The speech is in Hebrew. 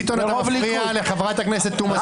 ביטון, אתה מפריע לחברת הכנסת תומא סלימאן.